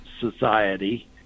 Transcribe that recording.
society